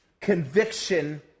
conviction